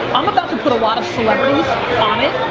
i'm about to put a lot of celebrities on it.